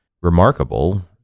remarkable